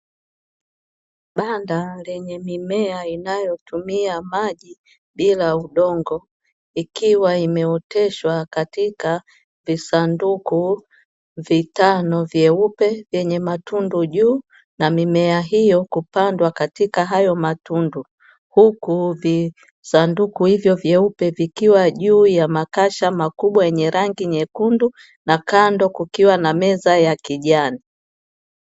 Banda lenye mimea inayotumia maji bila udongo, ikiwa imeoteshwa katika visanduku vitano vyeupe vyenye matundu juu, na mimea hio kupandwa katika hayo matundu. Huku visanduku hivyo vyeupe vikiwa juu ya makasha makubwa yenye rangi nyekundu, na kando kukiwa na meza ya kijani.